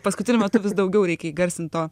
paskutiniu metu vis daugiau reikia įgarsint to